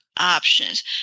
options